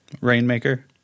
Rainmaker